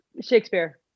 Shakespeare